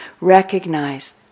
recognize